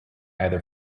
either